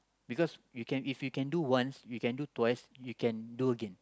because you can if you can do once you can do twice you can do again